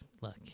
look